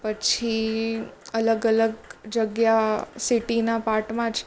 પછી અલગ અલગ જગ્યા સિટીના પાર્ટમાં જ